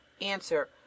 Answer